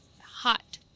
hot